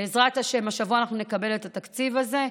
בעזרת השם השבוע נקבל את התקציב הזה,